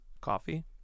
coffee